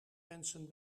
mensen